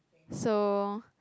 so